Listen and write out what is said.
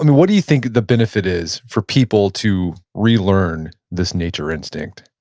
and what do you think the benefit is for people to re-learn this nature instinct?